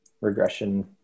regression